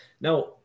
Now